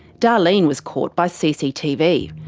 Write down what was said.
darlene was caught by cctv.